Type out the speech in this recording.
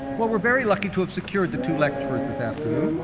well, we're very lucky to have secured the two lecturers this afternoon.